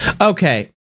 Okay